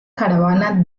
caravana